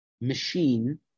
machine